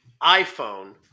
iPhone